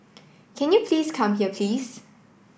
can you please come here please